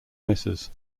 misses